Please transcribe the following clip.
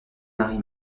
marie